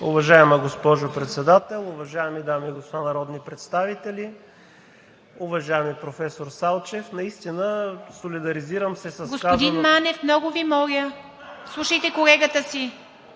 Уважаема госпожо Председател, уважаеми дами и господа народни представители, уважаеми професор Салчев! Наистина солидаризирам се… ПРЕДСЕДАТЕЛ ИВА МИТЕВА: Господин Манев, много Ви моля, слушайте колегата си!